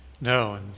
No